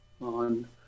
on